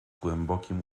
głębokim